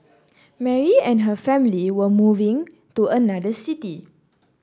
Mary and her family were moving to another city